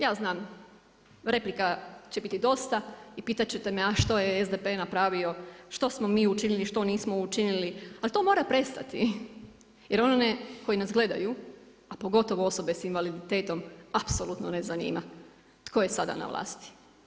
Ja znam replika će biti dosta i pitati ćete me a što je SDP napravio, što smo mi učinili ali to mora prestati jer onome koji nas gledaju a pogotovo osobe sa invaliditetom apsolutno ne zanima tko je sada na vlasti.